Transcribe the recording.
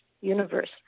universe